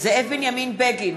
זאב בנימין בגין,